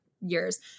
years